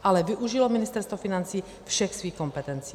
Ale využilo Ministerstvo financí všech svých kompetencí.